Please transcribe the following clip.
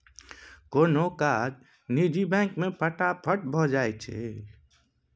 कोनो काज निजी बैंक मे फटाफट भए जाइ छै